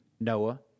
Noah